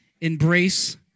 embrace